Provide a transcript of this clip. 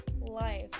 life